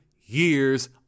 years